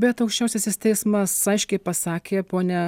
bet aukščiausiasis teismas aiškiai pasakė pone